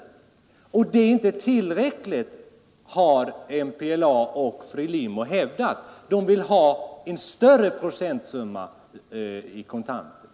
Och det är inte tillräckligt, har MPLA och FRELIMO hävdat. De vill ha en större procentsumma i kontanter.